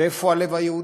ואיפה הלב היהודי?